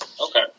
okay